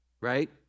right